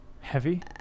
Heavy